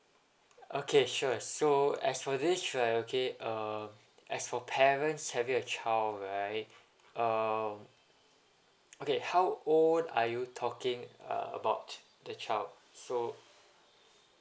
okay sure so as for this right okay err as for parents having a child right um okay how old are you talking uh about the child so